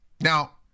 Now